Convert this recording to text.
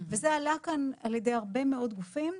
וזה עלה כאן על ידי הרבה מאוד גופים,